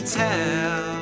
tell